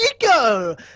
go